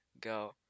go